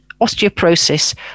osteoporosis